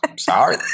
Sorry